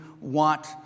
want